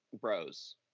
bros